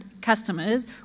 customers